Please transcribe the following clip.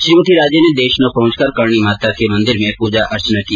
श्रीमती राजे ने देशनोक पहुंचकर करणीमाता के मंदिर में पूजा अर्चना की